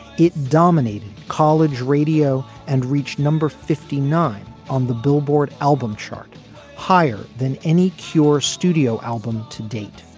it dominated college radio and reached number fifty nine on the billboard album chart higher than any cure studio album to date.